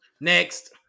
Next